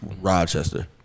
Rochester